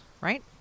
Right